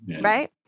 right